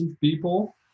people